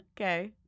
Okay